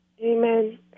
Amen